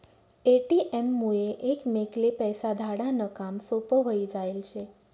ATM मुये एकमेकले पैसा धाडा नं काम सोपं व्हयी जायेल शे